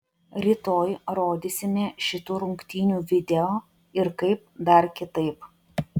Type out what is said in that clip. rytoj rodysime šitų rungtynių video ir kaip dar kitaip